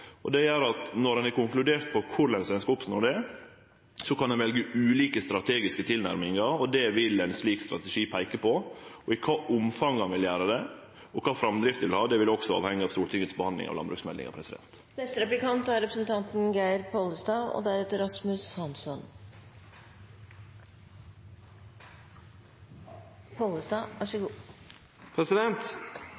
Det gjer at når ein har konkludert om korleis ein skal oppnå det, kan ein velje ulike strategiske tilnærmingar. Det vil ein slik strategi peike på, og i kva omfang han vil gjere det, og kva framdrift det vil ha, vil også avhenge av Stortingets behandling av landbruksmeldinga. Statsråden har fått ros av representanten Botten, og statsråden har gjeve ros og sagt at Pollestad har eit poeng – einigheita er rørande. Så